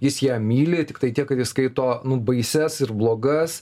jis ją myli tiktai tiek kad jis skaito nu baisias ir blogas